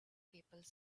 people